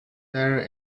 there